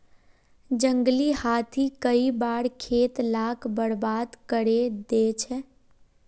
जंगली हाथी कई बार खेत लाक बर्बाद करे दे छे